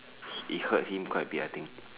it hurt him quite a bit I think